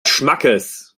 schmackes